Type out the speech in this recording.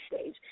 stage